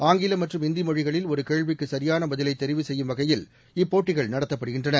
ஆங்கிலம் மற்றும் இந்தி மொழிகளில் ஒரு கேள்விக்கு சரியான பதிலை தெரிவு செய்யும் வகையில் இப்போட்டிகள் நடத்தப்படுகின்றன